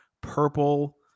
purple